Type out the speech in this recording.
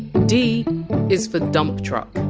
d is for! dump truck.